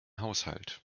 haushalt